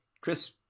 Chris